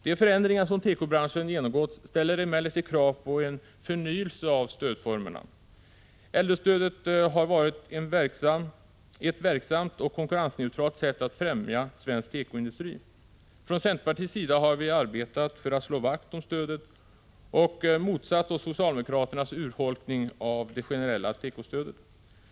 De förändringar som tekobranschen har genomgått ställer emellertid krav på en förnyelse av stödformerna. Genom äldrestödet har man på ett verksamt och konkurrensneutralt sätt kunnat främja svensk tekoindustri. Vi i centerpartiet har arbetat för att slå vakt om stödet, och vi har motsatt oss socialdemokraternas urholkning av det generella tekostödet.